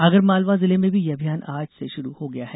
आगरमालवा जिले में भी यह अभियान आज से शुरू हो गया है